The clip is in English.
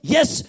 Yes